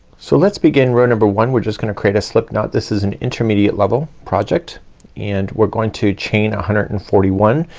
so let's begin row number one. we're just gonna create a slipknot. this is an intermediate level project and we're going to chain one hundred and forty one.